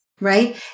right